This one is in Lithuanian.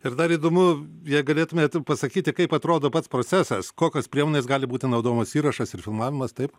ir dar įdomu jei galėtumėt pasakyti kaip atrodo pats procesas kokios priemonės gali būti naudojamos įrašas ir filmavimas taip